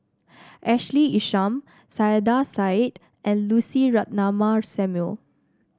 Ashley Isham Saiedah Said and Lucy Ratnammah Samuel